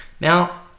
Now